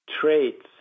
traits